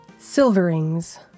Silverings